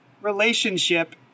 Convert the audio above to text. relationship